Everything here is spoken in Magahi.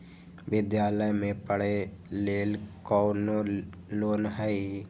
विद्यालय में पढ़े लेल कौनो लोन हई?